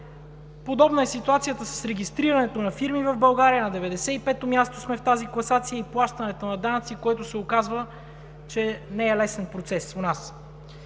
Подобна е ситуацията с регистрирането на фирми в България – на 95 място сме в тази класация и плащането на данъци, което се оказва, че не е лесен процес у нас.